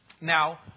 now